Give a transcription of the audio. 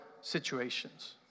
situations